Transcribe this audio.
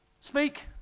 Speak